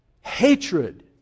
hatred